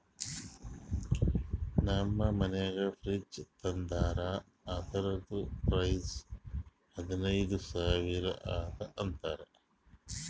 ನಮ್ ಮನ್ಯಾಗ ಫ್ರಿಡ್ಜ್ ತಂದಾರ್ ಅದುರ್ದು ಪ್ರೈಸ್ ಹದಿನೈದು ಸಾವಿರ ಅದ ಅಂತ